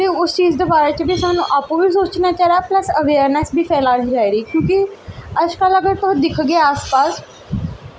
ते उस चीज दे बारे च सानू आपूं बी सोचना चाहिदा ते असें अवेयरनैस बी फैलानी चाहिदी क्योंकि अजकल्ल अगर तुस दिखगे आस पास